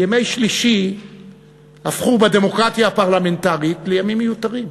ימי שלישי הפכו בדמוקרטיה הפרלמנטרית לימים מיותרים.